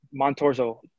Montorzo